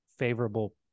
favorable